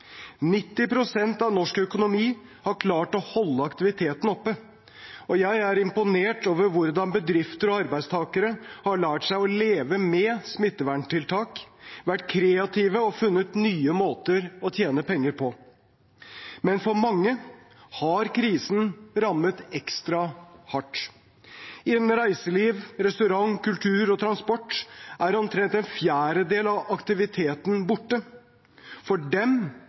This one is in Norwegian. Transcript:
av norsk økonomi har klart å holde aktiviteten oppe, og jeg er imponert over hvordan bedrifter og arbeidstakere har lært seg å leve med smitteverntiltak, vært kreative og funnet nye måter å tjene penger på. Men for mange har krisen rammet ekstra hardt. Innen reiseliv, restaurant, kultur og transport er omtrent en fjerdedel av aktiviteten borte. For dem